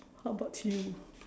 how about you